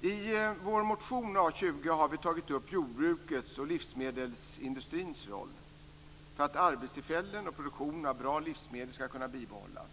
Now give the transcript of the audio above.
I vår motion A20 har vi tagit upp jordbrukets och livsmedelsindustrins roll för att arbetstillfällen och produktion av bra livsmedel skall kunna bibehållas.